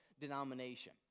denomination